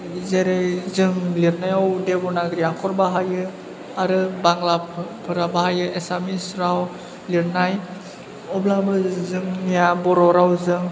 जेरै जों लिरनायाव देबनागिरि आखर बाहायो आरो बांलाफोरा बाहायो एसामिस राव लिरनाय अब्लाबो जोंनिया बर' रावजों